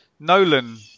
Nolan